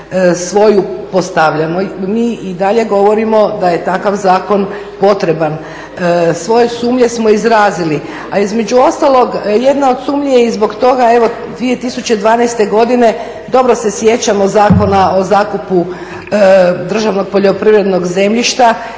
svoju postavljamo. Mi i dalje govorimo da je takav zakon potreban. Svoje sumnje smo izrazili. A između ostalog jedna od sumnji je i zbog toga evo 2012. godine dobro se sjećamo Zakona o zakupu državnog poljoprivrednog zemljišta